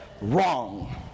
wrong